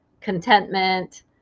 contentment